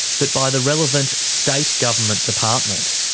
but by the relevant state government department.